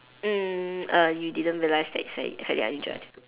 mm err you didn't realise that it's fairly fairly unusual